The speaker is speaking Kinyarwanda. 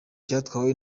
cyatwawe